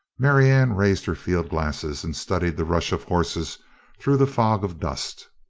marianne raised her field glasses and studied the rush of horses through the fog of dust.